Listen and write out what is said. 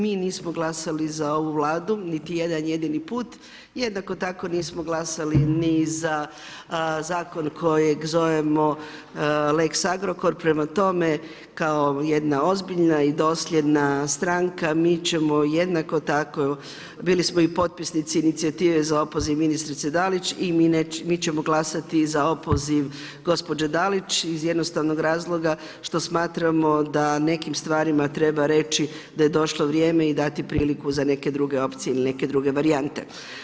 Mi nismo glasali za ovu Vladu, niti jedan jedini put, jednako tako nismo glasali ni za zakon kojeg lex Agrokor, prema tome kao jedna ozbiljna i dosljedna stranka, jednako tako bili smo i potpisnici inicijative za opoziv ministrice Dalić i mi ćemo glasati za opoziv gospođe Dalić iz jednostavnog razloga što smatramo da nekim stvarima treba reći da je došlo vrijeme i dati priliku za neke druge opcije ili neke druge varijante.